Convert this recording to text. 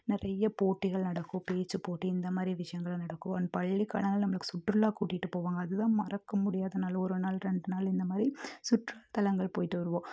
நிறைய போட்டிகள் நடக்கும் பேச்சு போட்டி இந்தமாதிரி விஷயங்கள் நடக்கும் அந்த பள்ளிக்காலங்கள்ல நம்மள சுற்றுலா கூட்டிட்டு போவாங்க அதுதான் மறக்கமுடியாத நாள் ஒரு நாள் ரெண்டு நாள் இந்த மாதிரி சுற்றுலாதளங்கள் போய்ட்டு வருவோம்